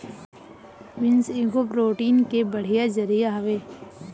beans एगो protein के बढ़िया जरिया हवे